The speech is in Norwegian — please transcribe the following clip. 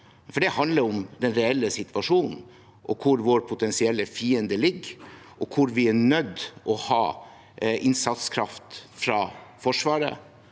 nord. Det handler om den reelle situasjonen, hvor vår potensielle fiende ligger, og hvor vi er nødt til å ha innsatskraft fra Forsvaret